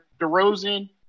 DeRozan